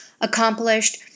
accomplished